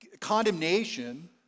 Condemnation